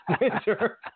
winter